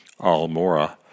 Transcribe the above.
Almora